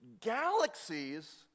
galaxies